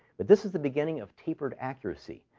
but this is the beginning of tapered accuracy.